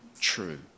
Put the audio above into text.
true